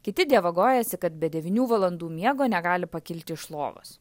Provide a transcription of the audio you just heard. kiti dievagojasi kad be devynių valandų miego negali pakilti iš lovos